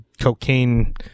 cocaine